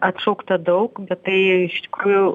atšaukta daug bet tai iš tikrųjų